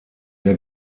der